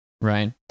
Right